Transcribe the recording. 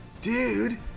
dude